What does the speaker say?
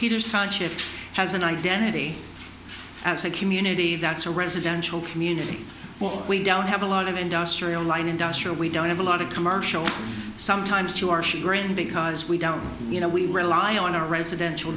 it has an identity as a community that's a residential community while we don't have a lot of industrial light industrial we don't have a lot of commercial sometimes to our chagrin because we don't you know we rely on our residential